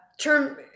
term